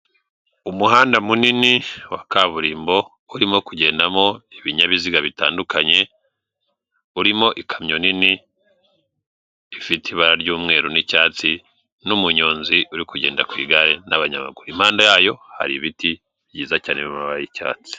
Umuhanda munini wa kaburimbo urimo kugendamo ibinyabiziga bitandukanye, urimo ikamyo nini ifite ibara ry'umweru n'icyatsi n'umuyonzi uri kugenda ku igare n'abanyamaguru. Impande yayo hari ibiti byiza cyane, biri mu mabara y'icyatsi.